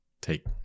take